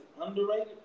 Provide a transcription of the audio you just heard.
underrated